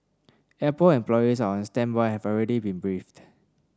apple employees are on standby and have already been briefed